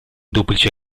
duplice